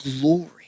glory